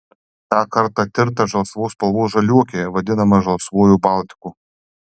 tą kartą tirta žalsvos spalvos žaliuokė vadinama žalsvuoju baltiku